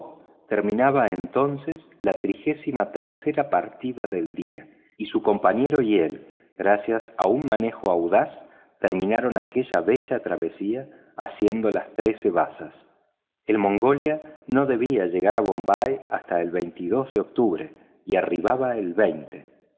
terminaba entonces la trigésima tercera partida del día y su compañero y él gracias a un manejo audaz concluyeron aquella bella travesía haciendo las trece bazas el mongolia no debía llegar a bombay hasta el de octubre y arribaba el